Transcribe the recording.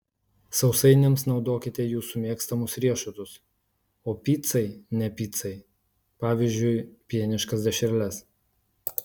sausainiams naudokite jūsų mėgstamus riešutus o picai ne picai pavyzdžiui pieniškas dešreles